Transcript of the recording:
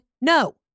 No